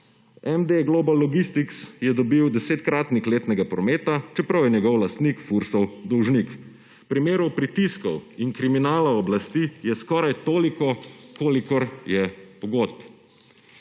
MD Global Logistics je dobil 10-kratnik letnega prometa, čeprav je njegov lastnik Fursov dolžnik. Primerov pritiskov in kriminala oblasti je skoraj toliko, kolikor je pogodb.